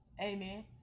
Amen